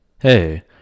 Hey